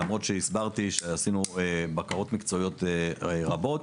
למרות שהסברתי שעשינו בקרות מקצועיות רבות.